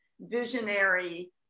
visionary